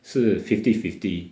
是 fifty fifty